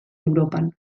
europan